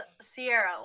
Sierra